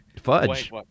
Fudge